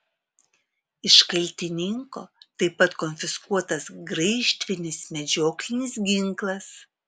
iš kaltininko taip pat konfiskuotas graižtvinis medžioklinis ginklas